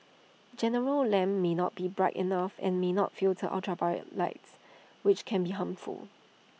general lamps may not be bright enough and may not filter ultraviolet lights which can be harmful